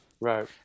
Right